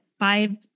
Five